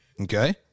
okay